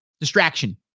Distraction